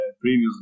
previously